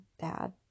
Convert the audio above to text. dad